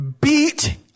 beat